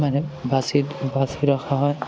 মানে বাচি বাচ ৰখা হয়